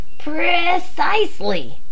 Precisely